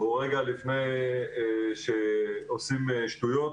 והוא רגע לפני שעושים שטויות,